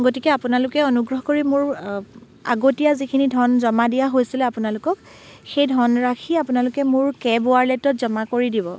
গতিকে আপোনালোকে অনুগ্ৰহ কৰি মোৰ আগতীয়া যিখিনি ধন জমা দিয়া হৈছিলে আপোনালোকক সেই ধন ৰাশি আপোনালোকে মোৰ কেব ৱাৰলেটত জমা কৰি দিব